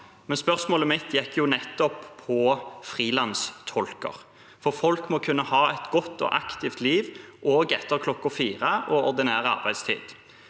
Men spørsmålet mitt handlet nettopp om frilanstolker. Folk må kunne ha et godt og aktivt liv, også etter kl. 16 og ordinær arbeidstid.